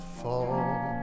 fall